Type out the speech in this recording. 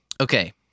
Okay